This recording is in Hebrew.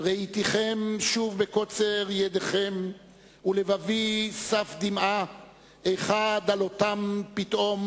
"ראיתיכם שוב בקוצר ידכם ולבבי סף דמעה / איכה דלותם פתאום,